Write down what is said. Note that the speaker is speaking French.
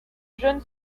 jeune